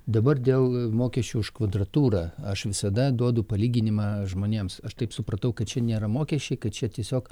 dabar dėl mokesčių už kvadratūrą aš visada duodu palyginimą žmonėms aš taip supratau kad čia nėra mokesčiai kad čia tiesiog